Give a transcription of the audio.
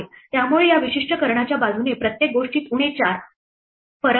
त्यामुळे या विशिष्ट कर्णाच्या बाजूने प्रत्येक गोष्टीत उणे 4 फरक आहे